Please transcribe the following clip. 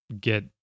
get